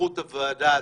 בסמכות הוועדה הזו,